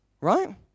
right